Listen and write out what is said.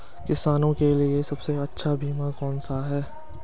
किसानों के लिए सबसे अच्छा बीमा कौन सा है?